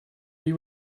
you